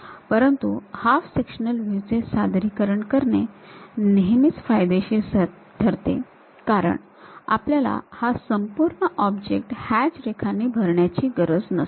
परंतु half sectional view चे सादरीकरण करणे नेहमीच फायदेशीर ठरते कारण आपल्याला हा संपूर्ण ऑब्जेक्ट हॅच रेखांनी भरण्याचं गरज नसते